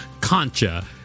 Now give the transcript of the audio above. concha